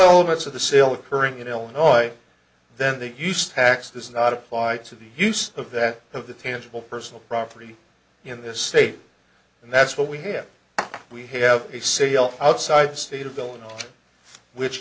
elements of the sale occurring in illinois then that use tax does not apply to the use of that of the tangible personal property in this state and that's what we have we have a serial outside state of illinois which